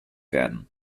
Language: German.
werden